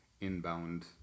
inbound